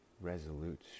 resolute